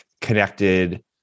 connected